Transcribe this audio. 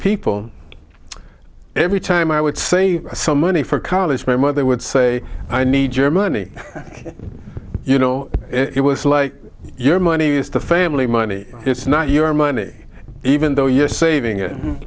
people every time i would say some money for college my mother would say i need your money you know it was like your money is the family money it's not your money even though you're saving it